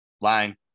Line